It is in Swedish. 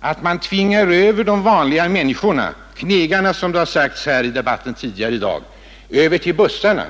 att man i dag tvingar över de vanliga människorna — ”knegarna” som det sagts i debatten tidigare i dag — till bussarna.